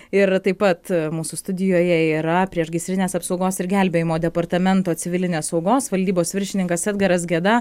ir taip pat mūsų studijoje yra priešgaisrinės apsaugos ir gelbėjimo departamento civilinės saugos valdybos viršininkas edgaras geda